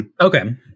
okay